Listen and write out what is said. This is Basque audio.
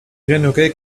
genuke